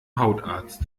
hautarzt